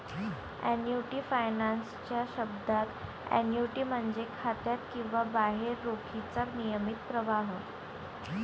annuity finance च्या शब्दात, annuity म्हणजे खात्यात किंवा बाहेर रोखीचा नियमित प्रवाह